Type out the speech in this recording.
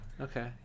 okay